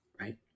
right